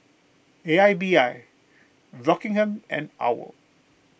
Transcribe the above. A I B I Rockingham and Owl